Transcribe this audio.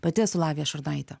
pati esu lavija šurnaitė